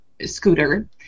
Scooter